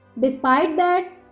despite that,